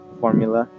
formula